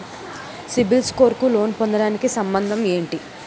CIBIL score కు loan పొందటానికి సంబంధం ఏంటి?